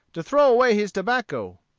to throw away his tobacco.